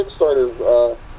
Kickstarter